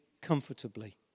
comfortably